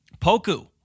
Poku